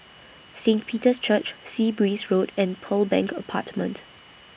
Saint Peter's Church Sea Breeze Road and Pearl Bank Apartment